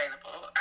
available